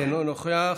אינו נוכח,